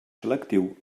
selectiu